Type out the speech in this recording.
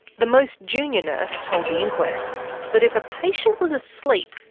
the most junior nurse told the inquest that if a patient was asleep,